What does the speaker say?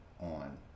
on